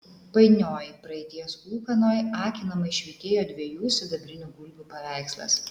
painioj praeities ūkanoj akinamai švytėjo dviejų sidabrinių gulbių paveikslas